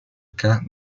cas